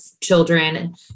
children